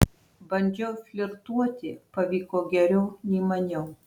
bandžiau flirtuoti pavyko geriau nei maniau